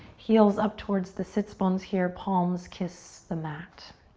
heels up towards the sits bones here, palms kiss the mat.